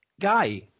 guy